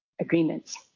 agreements